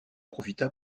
profita